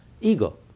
Ego